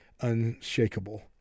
unshakable